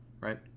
Right